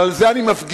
אבל על זה אני מפגין.